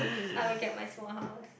I will get my small house